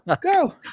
go